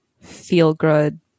feel-good